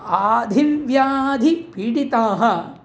आधिं व्याधिपीडिताः